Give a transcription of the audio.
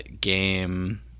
game